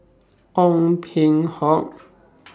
Ong Peng Hock